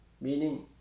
meaning